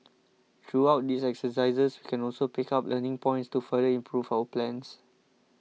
through out these exercises we can also pick up learning points to further improve our plans